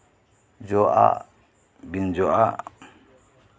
ᱡᱚᱜᱼᱟᱜ ᱵᱤᱱ ᱡᱚᱜᱼᱟᱜ